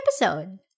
episode